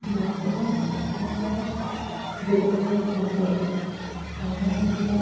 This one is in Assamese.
বৰ্তমান অসমৰ ব্যৱসায়িক খণ্ডই আন আন যিবিলাক